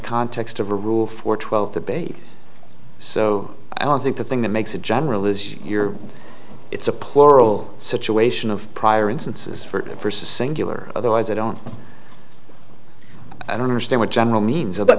context of a rule for twelve the baby so i don't think the thing that makes a generalization your it's a plural situation of prior instances for it for singular otherwise i don't i don't understand what general means